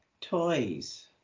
toys